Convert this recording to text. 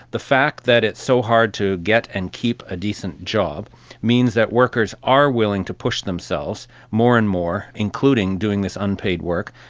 the fact that it's so hard to get and keep a decent job means that workers are willing to push themselves more and more, including doing this unpaid work,